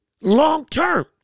long-term